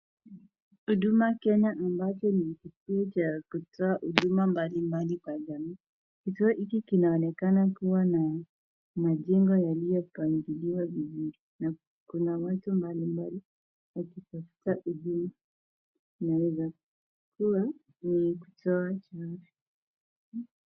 Huduma kenya ambacho ni kituo ya kutoa huduma mbalimbali kwa jamii, kituo hiki kinaonekana kuwa na majengo yaliyo pangliwa vizuri na kuna watu mbalimbali wakitafuta huduma, inaweza kuwa ni kutoa...